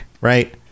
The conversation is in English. right